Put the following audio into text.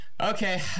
okay